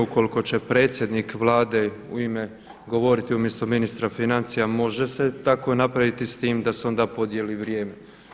Ukoliko će predsjednik Vlade u ime govoriti umjesto ministra financija može se tako napraviti s tim da se onda podijeli vrijeme.